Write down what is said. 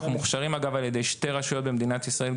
אנחנו מוכשרים על ידי שתי רשויות במדינת ישראל: